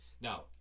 Now